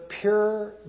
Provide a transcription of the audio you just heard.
pure